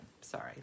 Sorry